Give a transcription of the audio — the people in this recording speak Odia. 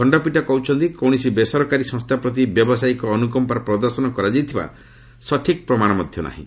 ଖଣ୍ଡପୀଠ କହିଛନ୍ତି କୌଣସି ବେସରକାରୀ ସଂସ୍ଥା ପ୍ରତି ବ୍ୟବସାୟିକ ଅନୁକମ୍ପା ପ୍ରଦର୍ଶନ କରାଯାଇଥିବା ସଠିକ୍ ପ୍ରମାଣ ମଧ୍ୟ ନାହିଁ